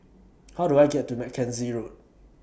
How Do I get to Mackenzie Road